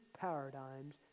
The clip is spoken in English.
paradigms